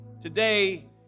Today